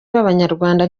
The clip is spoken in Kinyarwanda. b’abanyarwanda